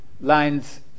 lines